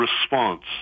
response